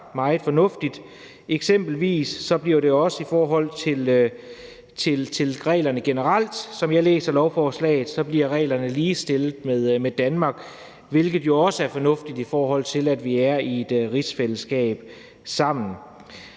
meget fornuftigt. Eksempelvis bliver reglerne, som jeg læser lovforslaget, generelt også ligestillet med reglerne i Danmark, hvilket jo også er fornuftigt, i forhold til at vi er i et rigsfællesskab sammen.